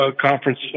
conference